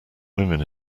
women